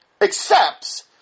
accepts